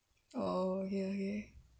oh okay okay